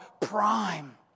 prime